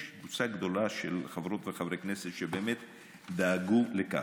יש קבוצה גדולה של חברות וחברי כנסת שבאמת דאגו לכך.